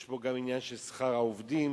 יש כאן את עניין שכר העובדים,